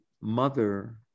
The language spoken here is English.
mother